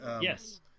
Yes